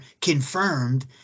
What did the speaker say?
confirmed